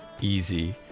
easy